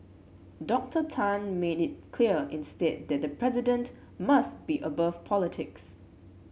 Doctor Tan made it clear instead that the president must be above politics